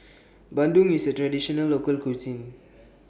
Bandung IS A Traditional Local Cuisine